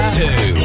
two